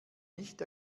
nicht